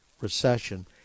recession